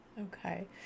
okay